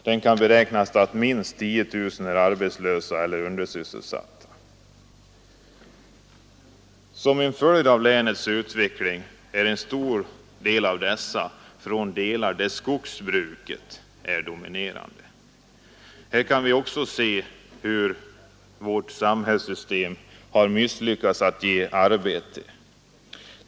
Det kan beräknas att minst 10 000 är arbetslösa eller undersysselsatta. Som en följd av länets utveckling finns ett stort antal av de undersysselsatta i delar där skogsbruket är dominerande. Här kan vi se hur vårt samhällssystem har misslyckats med att ge arbete.